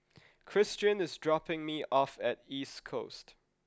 Christian is dropping me off at East Coast